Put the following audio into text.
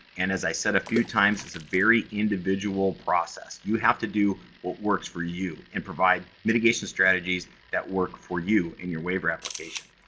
and as i said a few times, it's a very individual process. you have to do what works for you, and provide mitigation strategies that work for you in your waiver application.